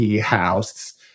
house